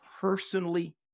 personally